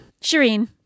Shireen